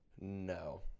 No